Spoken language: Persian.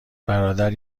برادر